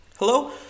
Hello